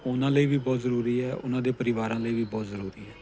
ਉਹਨਾਂ ਲਈ ਵੀ ਬਹੁਤ ਜ਼ਰੂਰੀ ਹੈ ਉਹਨਾਂ ਦੇ ਪਰਿਵਾਰਾਂ ਲਈ ਵੀ ਬਹੁਤ ਜ਼ਰੂਰੀ ਹੈ